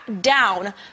down